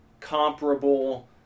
comparable